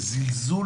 זה זלזול.